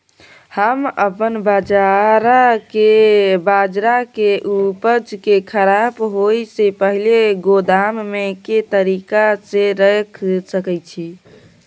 हम अपन बाजरा के उपज के खराब होय से पहिले गोदाम में के तरीका से रैख सके छी?